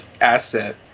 asset